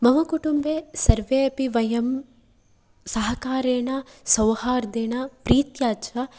मम कुटुम्बे सर्वेऽपि वयं सहकारेण सौहार्देन प्रीत्या च